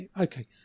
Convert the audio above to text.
Okay